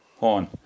on